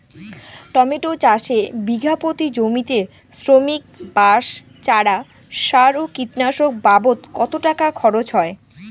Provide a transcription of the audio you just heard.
Tomato চাষে বিঘা প্রতি জমিতে শ্রমিক, বাঁশ, চারা, সার ও কীটনাশক বাবদ কত টাকা খরচ হয়?